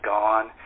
Gone